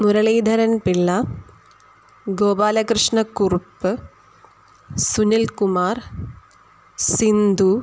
Muraleedharan Pillai Gopalakrishnakurup Sunil Kumar Sindhu